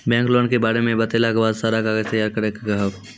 Bank loan के बारे मे बतेला के बाद सारा कागज तैयार करे के कहब?